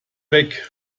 weg